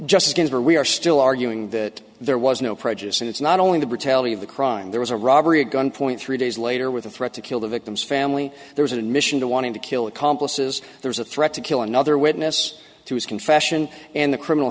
justin's where we are still arguing that there was no prejudice and it's not only the brutality of the crime there was a robbery at gunpoint three days later with a threat to kill the victim's family there was an admission to wanting to kill accomplices there's a threat to kill another witness to his confession and the criminal